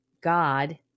God